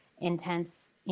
intense